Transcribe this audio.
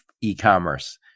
e-commerce